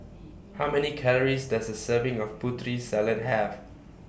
How Many Calories Does A Serving of Putri Salad Have